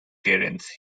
terence